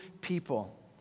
people